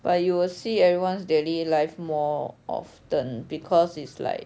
but you will see everyone's daily life more often because it's like